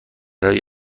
برای